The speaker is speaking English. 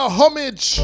homage